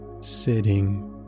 sitting